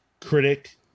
critic